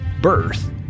birth